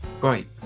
Great